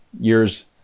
years